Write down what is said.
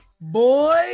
Boy